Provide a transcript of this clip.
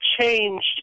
changed